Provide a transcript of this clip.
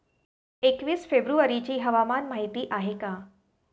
एकवीस फेब्रुवारीची हवामान माहिती आहे का?